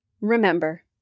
Remember